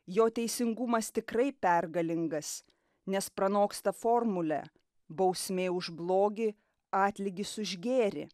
jo teisingumas tikrai pergalingas nes pranoksta formulę bausmė už blogį atlygis už gėrį